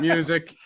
Music